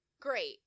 great